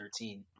2013